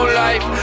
life